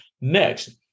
Next